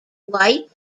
light